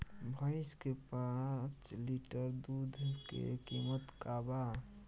भईस के पांच लीटर दुध के कीमत का बा?